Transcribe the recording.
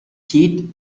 kidd